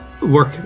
Work